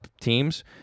teams